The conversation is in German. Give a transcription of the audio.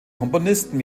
komponisten